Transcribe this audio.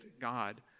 God